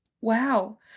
Wow